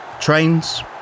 Trains